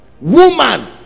Woman